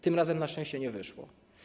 Tym razem na szczęście nie wyszło.